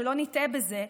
ושלא נטעה בזה,